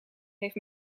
heeft